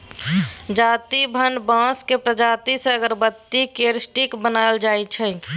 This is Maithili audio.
जाति भान बाँसक प्रजाति सँ अगरबत्ती केर स्टिक बनाएल जाइ छै